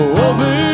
over